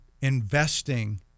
investing